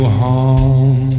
home